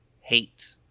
hate